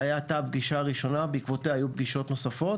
זו הייתה הפגישה הראשונה ובעקבותיה היו פגישות נוספות